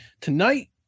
tonight